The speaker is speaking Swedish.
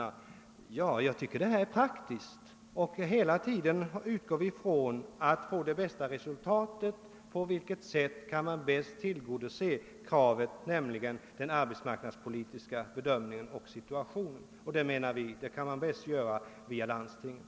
Ja, jag tycker det är praktiskt att utgå ifrån hur man kan uppnå det bästa resultatet när det gäller att bedöma det arbetsmarknadspolitiska av situationen. Vi menar att man säkrast tillgodoser det kravet om de två nya ledamöterna utses av landstingen.